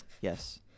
Yes